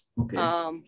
Okay